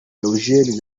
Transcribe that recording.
eugene